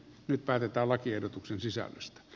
nyt päätetään lakiehdotuksen sisällöstä